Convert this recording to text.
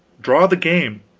draw the game,